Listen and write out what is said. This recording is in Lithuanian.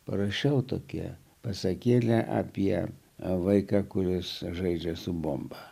parašiau tokią pasakėlę apie vaiką kuris žaidžia su bomba